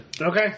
Okay